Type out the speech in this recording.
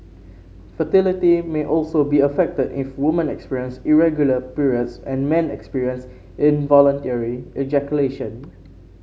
fertility may also be affected if woman experience irregular periods and men experience involuntary ejaculation